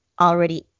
already